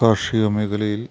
കാർഷിക മേഖലയിൽ